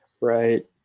Right